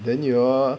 then you all